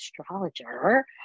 astrologer